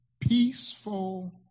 Peaceful